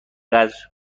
قدر